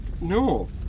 No